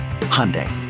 Hyundai